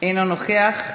אינו נוכח.